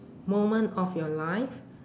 moment of your life